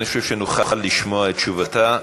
אני חושב שנוכל לשמוע את תשובתה.